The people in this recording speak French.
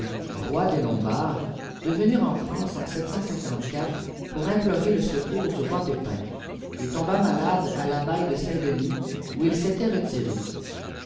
roi des lombards de venir en france en pour implorer le secours du roi pépin il tomba malade à l'abbaye de saint-denis où il s'était retiré